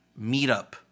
meetup